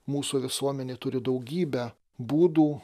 mūsų visuomenė turi daugybę būdų